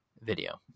video